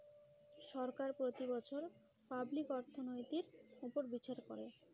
সরকার প্রতি বছর পাবলিক অর্থনৈতির উপর বিচার করে